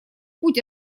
путь